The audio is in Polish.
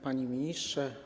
Panie Ministrze!